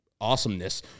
awesomeness